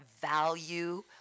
value